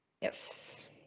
Yes